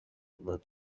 were